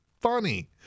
funny